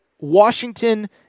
Washington